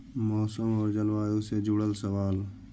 मौसम और जलवायु से जुड़ल सवाल?